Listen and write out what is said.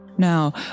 Now